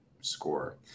score